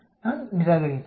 நான் நிராகரித்தேன்